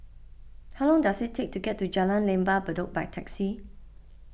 how long does it take to get to Jalan Lembah Bedok by taxi